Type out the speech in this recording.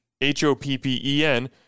H-O-P-P-E-N